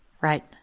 Right